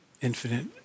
infinite